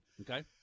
Okay